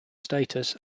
status